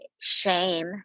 shame